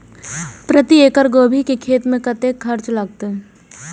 प्रति एकड़ गोभी के खेत में कतेक खर्चा लगते?